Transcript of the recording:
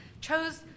chose